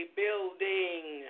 building